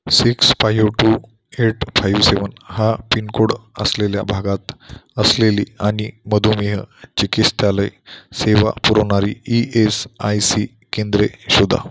six five two eight five seven हा पिनकोड असलेल्या भागात असलेली आणि मधुमेह चिकित्सालय सेवा पुरवणारी ई एस आय सी केंद्रे शोधा